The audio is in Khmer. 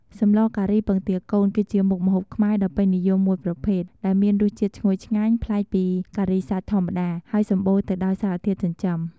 សម្លការីពងទាកូន គឺជាមុខម្ហូបខ្មែរដ៏ពេញនិយមមួយប្រភេទ ដែលមានរសជាតិឈ្ងុយឆ្ងាញ់ ប្លែកពីការីសាច់ធម្មតា ហើយសម្បូរទៅដោយសារធាតុចិញ្ចឹម។